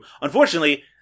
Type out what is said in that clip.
Unfortunately